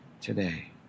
today